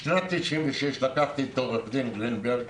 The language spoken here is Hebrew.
בשנת 1996 לקחתי את עו"ד גרינברג